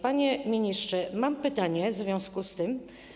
Panie ministrze, mam pytanie w związku z tym.